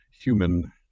human